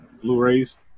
blu-rays